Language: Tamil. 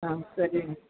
ஆ சரிங்க